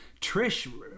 trish